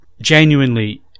genuinely